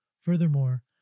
Furthermore